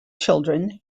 children